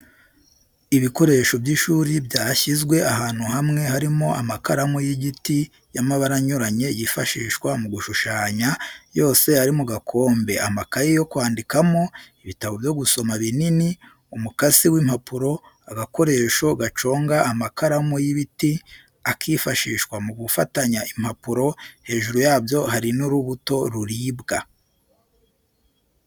Ibikoresho by'ishuri byashyizwe ahantu hamwe harimo amakaramu y'igiti y'amabara anyuranye yifashishwa mu gushushanya, yose ari mu gakombe, amakaye yo kwandikamo, ibitabo byo gusoma binini, umukasi w'impapuro, agakoresho gaconga amakaramu y'ibiti, akifashishwa mu gufatanya impapuro, hejuru yabyo hari n'urubuto ruribwa.